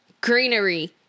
greenery